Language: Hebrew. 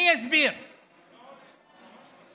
אני אסביר (אומר דברים בשפה הערבית,